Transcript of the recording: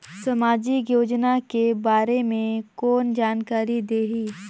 समाजिक योजना के बारे मे कोन जानकारी देही?